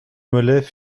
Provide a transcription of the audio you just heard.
mollets